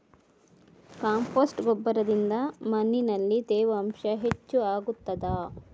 Compost ಗೊಬ್ಬರದಿಂದ ಮಣ್ಣಿನಲ್ಲಿ ತೇವಾಂಶ ಹೆಚ್ಚು ಆಗುತ್ತದಾ?